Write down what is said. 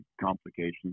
complications